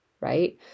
right